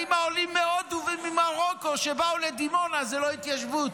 האם העולים מהודו וממרוקו שבאו לדימונה זה לא התיישבות?